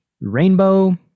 Rainbow